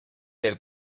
del